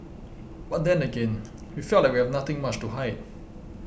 but then again we felt like we have nothing much to hide